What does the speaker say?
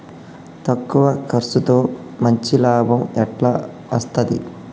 తక్కువ కర్సుతో మంచి లాభం ఎట్ల అస్తది?